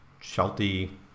Sheltie